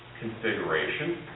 configuration